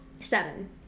Seven